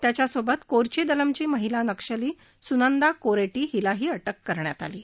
त्याच्यासोबत कोरची दलमची महिला नक्षली सुनंदा कोरेटी हिलाही अटक करण्यात आली आहे